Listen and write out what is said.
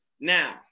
Now